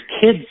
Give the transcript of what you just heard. kids